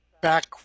back